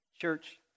church